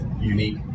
Unique